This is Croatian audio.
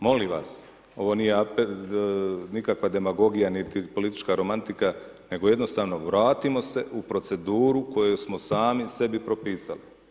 Molim vas, ovo nije nikakva demagogija niti politička romantika, nego jednostavno vratimo se u proceduru koju smo sami sebi propisali.